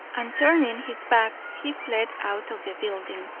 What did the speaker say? and turning his back he fled out of the building,